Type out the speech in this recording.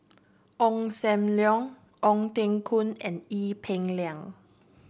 Ong Sam Leong Ong Teng Koon and Ee Peng Liang